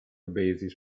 bases